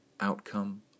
outcome